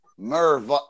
Merv